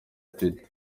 twitter